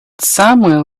samuel